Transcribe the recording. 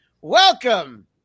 Welcome